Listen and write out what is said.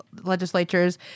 legislatures